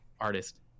artist